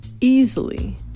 easily